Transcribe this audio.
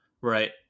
Right